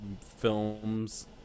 films